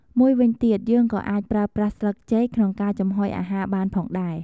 មួយវិញទៀត យើងក៏អាចប្រើប្រាស់ស្លឹកចេកក្នុងការចំហុយអាហារបានផងដែរ។